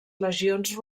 legions